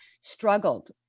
struggled